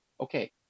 Okay